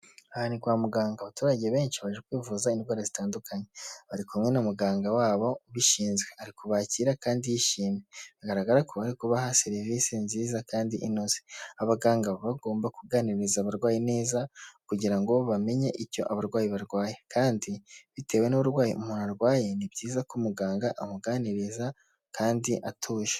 Aha ni kwa muganga, abaturage benshi baje kwivuza indwara zitandukanye, bari kumwe na muganga wabo ubishinzwe ari kubakira kandi yishimye, bigaragara ko bari kubaha serivisi nziza kandi inoze, abaganga bagomba kuganiriza abarwayi neza kugira ngo bamenye icyo abarwayi barwaye kandi bitewe n'uburwayi umuntu arwaye, ni byiza ko muganga amuganiriza kandi atuje.